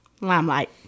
Limelight